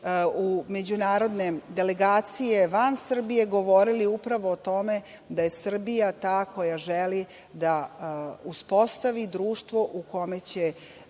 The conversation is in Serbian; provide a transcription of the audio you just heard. u međunarodne delegacije van Srbije, govorili su upravo o tome da je Srbija ta koja želi da uspostavi društvo u kome će